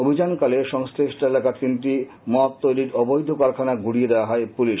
অভিযানকালে সংশ্লিষ্ট এলাকার তিনটি মদ তৈরীর অবৈধ কারখানা গুড়িয়ে দেয় পুলিশ